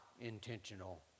intentional